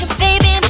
baby